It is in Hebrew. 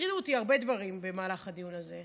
הטרידו אותי הרבה דברים במהלך הדיון הזה,